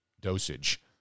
dosage